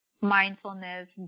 mindfulness